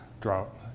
Drought